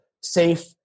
safe